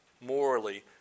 morally